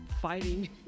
fighting